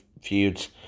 feuds